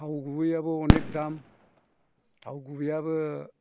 थाव गुबैआबो अनेक दाम थाव गुबैआबो